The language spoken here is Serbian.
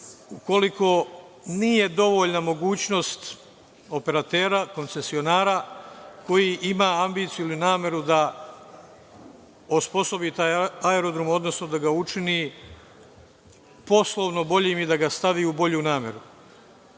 ukoliko nije dovoljna mogućnost operatera, koncesionara, koji ima ambiciju ili nameru da osposobi taj aerodrom, odnosno da ga učini poslovno boljim i da ga stavi u bolju nameru. Srbija